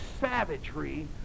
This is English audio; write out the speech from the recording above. savagery